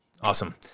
Awesome